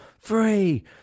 three